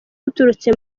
buturutse